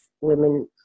women